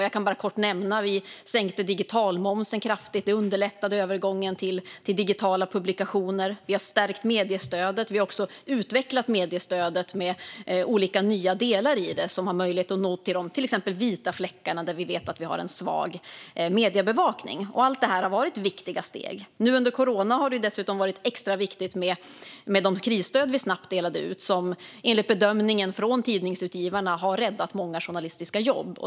Jag kan kort nämna några saker vi gjort. Vi sänkte digitalmomsen kraftigt, vilket underlättade övergången till digitala publikationer. Vi har stärkt mediestödet. Vi har också utvecklat mediestödet med olika nya delar, vilket ger möjlighet att till exempel nå de vita fläckarna, där vi vet att vi har svag mediebevakning. Allt det här har varit viktiga steg. Något som varit extra viktigt är de krisstöd vi snabbt delat ut nu under corona. Enligt bedömningen från Tidningsutgivarna har de räddat många journalistiska jobb.